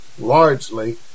largely